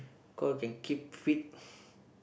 cause can keep fit